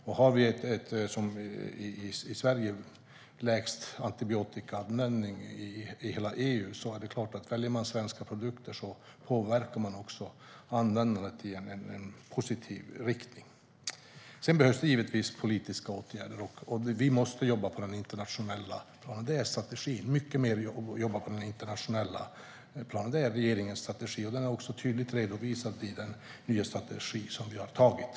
Vi har i Sverige den lägsta antibiotikaanvändningen i hela EU, och då är det klart att man påverkar användandet i en positiv riktning om man väljer svenska produkter. Det behövs givetvis politiska åtgärder. Vi måste jobba på den internationella planen. Regeringens avsikt är att jobba mycket mer på den internationella planen, och den är också tydligt redovisad i den nya strategin som vi har antagit.